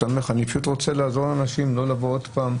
אני פשוט רוצה לעזור לאנשים לא לבוא עוד פעם.